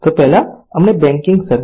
તો પહેલા અમને બેન્કિંગ સર્વિસ